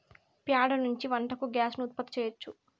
ప్యాడ నుంచి వంటకు గ్యాస్ ను ఉత్పత్తి చేయచ్చు